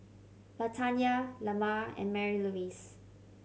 Latanya Lamar and Marylouise